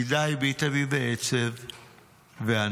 הפקידה הביטה בי בעצב וענתה: